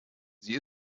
sie